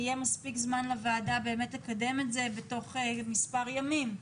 יהיה מספיק זמן לוועדה באמת לקדם את זה בתוך מספר ימים,